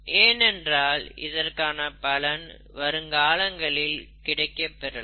ஏனென்றால் இதற்கான பலன் வரும் காலங்களில் கிடைக்கப் பெறலாம்